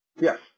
Yes